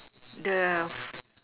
the